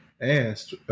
asked